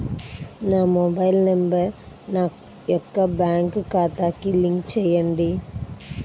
నా mobile number నా యొక్క బ్యాంక్ ఖాతాకి లింక్ చేయండీ?